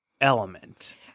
element